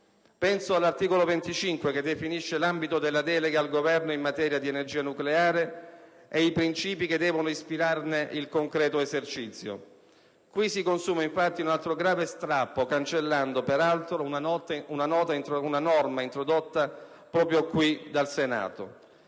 Penso all'articolo 25, che definisce l'ambito della delega al Governo in materia di energia nucleare e i principi che devono ispirarne il concreto esercizio: qui si consuma, infatti, un altro grave strappo, cancellando, peraltro, una norma introdotta proprio qui, in Senato.